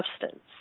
substance